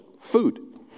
food